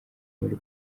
muli